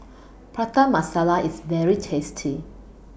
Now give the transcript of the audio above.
Prata Masala IS very tasty